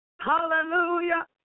Hallelujah